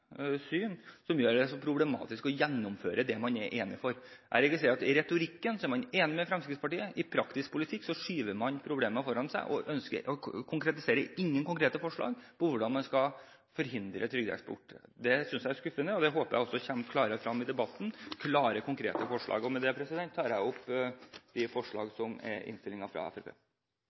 syn som gjør det så problematisk å gjennomføre det man er enig om? Jeg registrerer at i retorikken er man enig med Fremskrittspartiet, i praktisk politikk skyver man problemene foran seg og kommer ikke med noen konkrete forslag til hvordan man skal forhindre trygdeeksport. Det synes jeg er skuffende, og jeg håper man i debatten kommer med klare, konkrete forslag. Med det tar jeg opp Fremskrittspartiets forslag